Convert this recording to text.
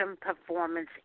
Performance